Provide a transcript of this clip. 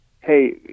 hey